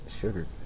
sugar